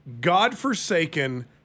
godforsaken